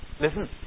Listen